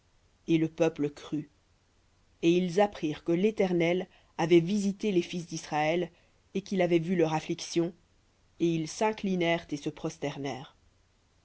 et le peuple crut et ils apprirent que l'éternel avait visité les fils d'israël et qu'il avait vu leur affliction et ils s'inclinèrent et se